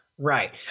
Right